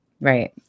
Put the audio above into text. Right